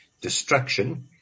destruction